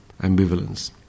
ambivalence